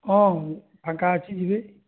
ହଁ ଫାଙ୍କା ଅଛି ଯିବି